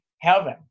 heaven